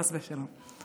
חס ושלום.